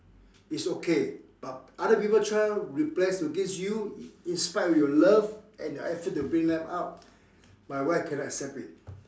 is okay but other people child rebels against you in spite of your love and your effort to bring them up my wife cannot accept it